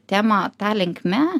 temą ta linkme